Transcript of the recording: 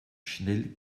schnell